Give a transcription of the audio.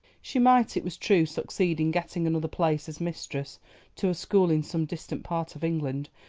she might, it was true, succeed in getting another place as mistress to a school in some distant part of england,